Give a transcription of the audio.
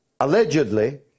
allegedly